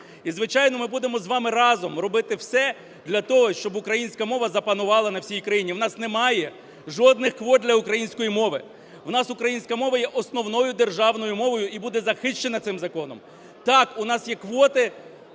І, звичайно, ми будемо з вами разом робити все для того, щоб українська мова запанувала на всій країні. У нас немає жодних квот для української мови. У нас українська мова є основною державною мовою і буде захищена цим законом. Так, у нас є квоти